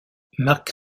mark